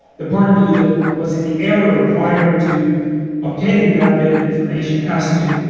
the part of you that was in error prior to obtaining that bit of information has to